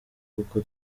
kuko